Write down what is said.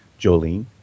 Jolene